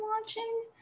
watching